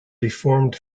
deformed